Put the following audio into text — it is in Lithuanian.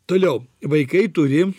toliau vaikai turi